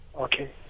Okay